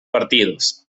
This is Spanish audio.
partidos